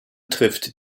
trifft